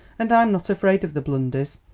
and i'm not afraid of the blunders,